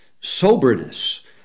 soberness